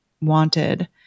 wanted